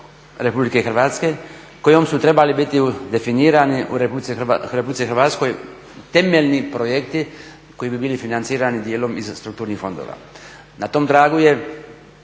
Republike Hrvatske kojom su trebali biti definirani u Republici Hrvatskoj temeljni projekti koji bi bili financirani dijelom iz strukturnih fondova. Na tom tragu je